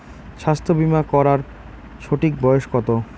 স্বাস্থ্য বীমা করার সঠিক বয়স কত?